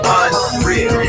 unreal